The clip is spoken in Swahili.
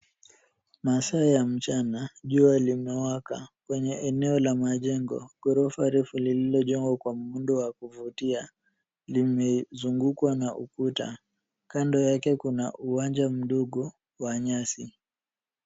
Masaa ya mchana jua linawaka kwenye eneo la majengo, ghorofa lililojengwa kwa muundo wa kuvutia, limezungukwa na ukuta. Kando yake kuna uwanja mdogo wa nyasi.